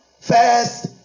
first